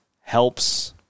helps